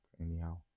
anyhow